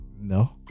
No